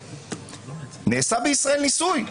נעשה בישראל ניסוי,